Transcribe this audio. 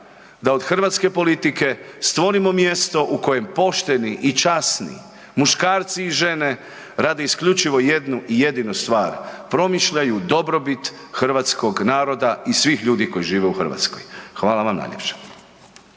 da od hrvatske politike stvorimo mjesto u kojem pošteni i časni muškarci i žene rade isključivo jednu i jedinu stvar, promišljaju dobrobit hrvatskog naroda i svih ljudi koji žive u Hrvatskoj. Hvala vam najljepša.